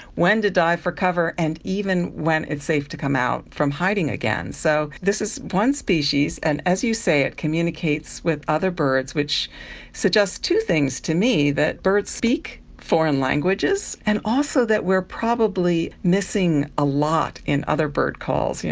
when to dive for cover, and even when it's safe to come out from hiding again. so this is one species and, as you say, it communicates with other birds, which suggests two things to me, that birds speak foreign languages, and also that we are probably missing a lot in other birdcalls.